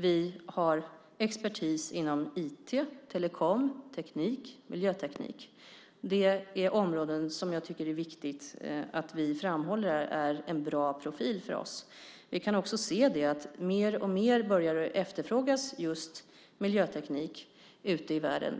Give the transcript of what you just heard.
Vi har expertis inom IT, telekom, teknik och miljöteknik. Det är områden som jag tycker att det är viktigt att vi framhåller som en bra profil för oss. Vi kan också se att just miljöteknik från Sverige börjar efterfrågas mer och mer ute i världen.